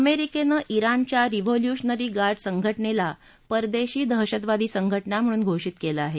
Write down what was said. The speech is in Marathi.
अमेरिकेनं जिणच्या रिव्होल्यूशनरी गार्ड संघटनेला परदेशी दहशतवादी संघटना म्हणून घोषित केलं आहे